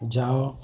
ଯାଅ